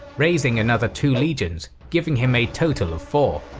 raising another two legions, giving him a total of four.